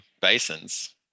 basins